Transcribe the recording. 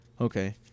Okay